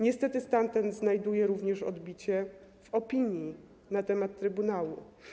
Niestety stan ten znajduje również odbicie w opinii na temat trybunału.